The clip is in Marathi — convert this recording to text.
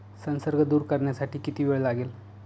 संसर्ग दूर करण्यासाठी किती वेळ लागेल?